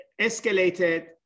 escalated